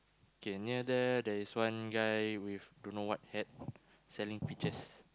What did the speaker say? K near there there's one guy with don't know what hat selling peaches